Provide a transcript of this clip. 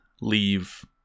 leave